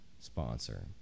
sponsor